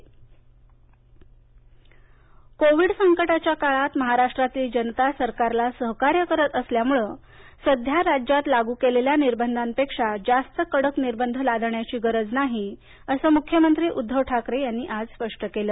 मुख्यमंत्री कोविड संकटाच्या काळात महाराष्ट्रातली जनता सरकारला सहकार्य करत असल्यामुळे सध्या राज्यात लागू केलेल्या निर्बंधांपेक्षा जास्त कडक निर्बंध लादण्याची गरज नाही असं मुख्यमंत्री उद्वव ठाकरे यांनी आज स्पष्ट केलं